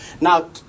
Now